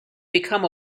become